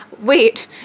Wait